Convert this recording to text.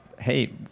hey